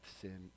sin